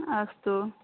अस्तु